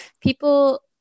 people